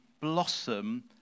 blossom